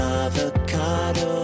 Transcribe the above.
avocado